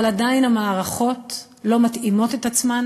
אבל עדיין המערכות לא מתאימות את עצמן